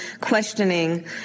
questioning